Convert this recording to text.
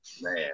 Man